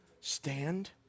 Stand